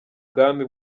bwami